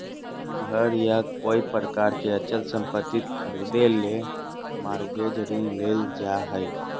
घर या कोय प्रकार के अचल संपत्ति खरीदे ले मॉरगेज ऋण लेल जा हय